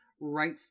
right